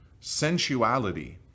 sensuality